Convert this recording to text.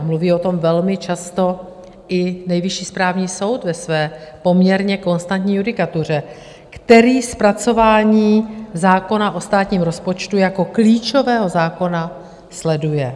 Mluví o tom velmi často i Nejvyšší správní soud ve své poměrně konstantní judikatuře, který zpracování zákona o státním rozpočtu jako klíčového zákona sleduje.